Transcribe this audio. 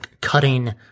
cutting